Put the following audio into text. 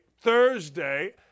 Thursday